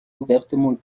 ouvertement